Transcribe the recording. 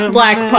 Black